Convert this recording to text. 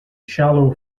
shallow